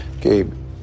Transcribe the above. Gabe